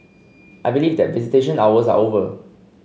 I believe that visitation hours are over